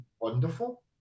wonderful